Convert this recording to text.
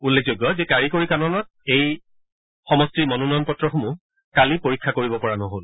উল্লেখযোগ্য যে কাৰিকৰী কাৰণত কালি এই সমষ্টিৰ মনোনয়নপত্ৰসমূহ পৰীক্ষা কৰিব পৰা নহল